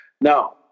Now